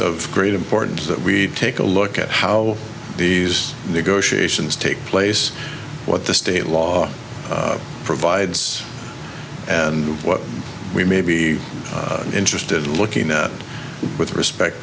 of great importance that we take a look at how these negotiations take place what the state law provides and what we may be interested in looking at with respect